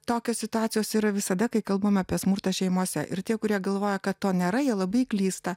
tokios situacijos yra visada kai kalbame apie smurtą šeimose ir tie kurie galvoja kad to nėra jie labai klysta